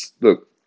look